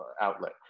outlet